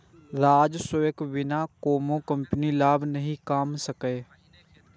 राजस्वक बिना कोनो कंपनी लाभ नहि कमा सकैए